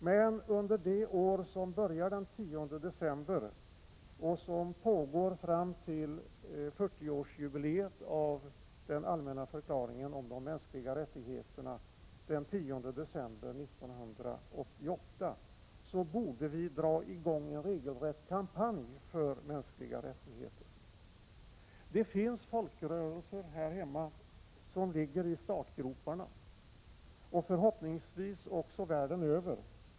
Men under det år som börjar den 10 december och som pågår fram till 40-årsjubileet av den allmänna förklaringen om de mänskliga rättigheterna den 10 december 1988 borde vi dra i gång en regelrätt kampanj för mänskliga rättigheter. Det finns folkrörelser här hemma som ligger i startgroparna och förhoppningsvis är det likadant världen över.